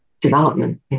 development